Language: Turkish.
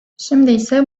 şimdiyse